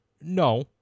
no